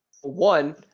One